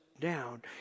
down